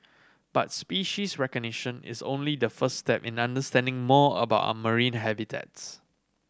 but species recognition is only the first step in understanding more about our marine habitats